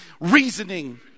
reasoning